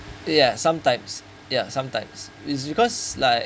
ya sometimes ya sometimes it's because like